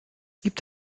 gibt